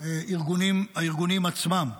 הארגונים עצמם.